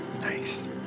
Nice